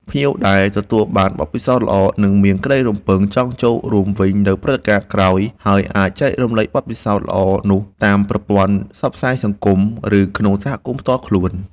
ភ្ញៀវដែលទទួលបានបទពិសោធន៍ល្អនឹងមានក្តីរំពឹងចង់ចូលរួមវិញនៅព្រឹត្តិការណ៍ក្រោយ ហើយអាចចែករំលែកបទពិសោធន៍ល្អនោះតាមប្រព័ន្ធផ្សព្វផ្សាយសង្គម ឬក្នុងសហគមន៍ផ្ទាល់ខ្លួន។